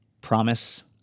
promise